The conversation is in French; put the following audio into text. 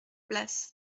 place